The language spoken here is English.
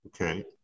Okay